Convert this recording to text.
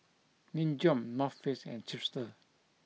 Nin Jiom North Face and Chipster